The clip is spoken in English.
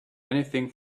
anything